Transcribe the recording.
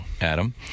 Adam